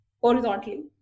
horizontally